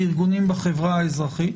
לארגונים בחברה האזרחית.